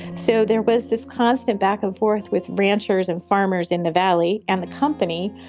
and so there was this constant back and forth with ranchers and farmers in the valley and the company,